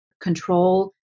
control